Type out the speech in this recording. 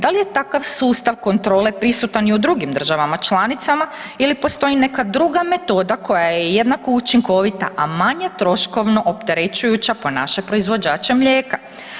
Da li je takav sustav kontrole prisutan i u drugim državama članicama ili postoji neka druga metoda koja je jednako učinkovita, a manje troškovno opterećujuća po naše proizvođače mlijeka.